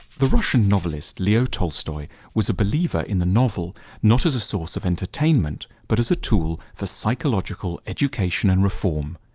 the russian novelist, leo tolstoy was a believer in the novel not as a source of entertainment but as a tool for psychological education and reform.